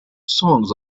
songs